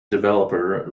developer